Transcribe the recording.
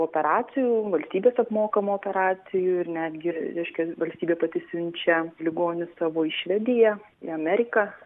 operacijų valstybės apmokamų operacijų ir netgi reiškia valstybė pati siunčia ligonius savo į švediją į ameriką